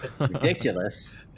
ridiculous